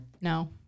No